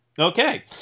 Okay